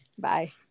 Bye